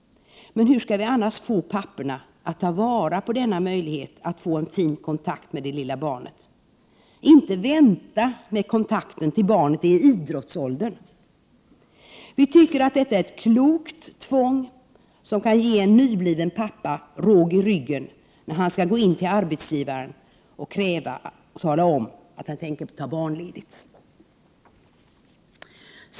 Hur skall vi annars få papporna att ta vara på möjligheten att få en fin kontakt med det lilla barnet och inte vänta med kontakten tills barnet är i idrottsåldern? Vi tycker att det är ett klokt tvång, som kan ge en nybliven pappa råg i ryggen när han skall gå in till arbetsgivaren och tala om att han tänker ta barnledigt.